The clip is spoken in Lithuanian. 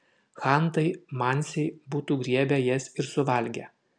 chantai mansiai būtų griebę jas ir suvalgę